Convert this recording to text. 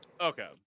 Okay